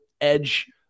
edge